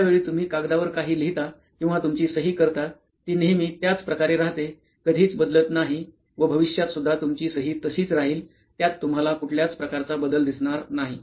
ज्या ज्या वेळी तुम्ही कागदावर काही लिहिता किंवा तुमची सही करता ती नेहमी त्याच प्रकारे राहते कधीच बदलत नाही व भविष्यात सुद्धा तुमची सही तशीच राहील त्यात तुम्हाला कुठल्याच प्रकारचा बदल दिसणार नाही